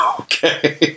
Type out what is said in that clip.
Okay